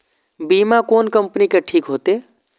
बीमा कोन कम्पनी के ठीक होते?